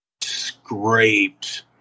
scraped